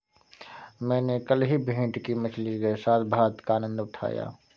मैंने कल ही भेटकी मछली के साथ भात का आनंद उठाया